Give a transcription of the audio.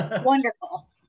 wonderful